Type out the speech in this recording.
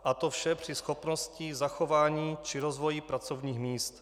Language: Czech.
A to vše při schopnosti zachování či rozvoji pracovních míst.